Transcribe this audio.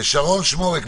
שרון שמורק,